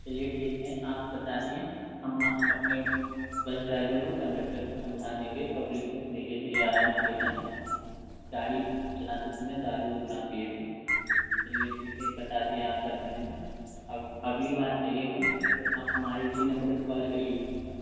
चलिए ठीक है आप बता दिये हम आ अपने बस ड्राईवर को कंडक्टर को समझा देंगे पब्लिक को धीरे धीरे आराम से ले जाएँ गाड़ी चलाते समय दारू ओरु ना पीए वो चलिए ठीक है बता दिये आपका धन्यवाद अब अगली बार आइएगा तो आप हमारे इसी नंबर पर कॉल करिएगा